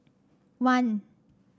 one